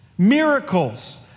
miracles